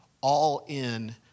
all-in